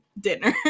dinner